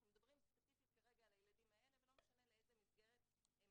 אנחנו מדברים ספציפית כרגע על הילדים האלה ולא משנה לאיזו מסגרת הם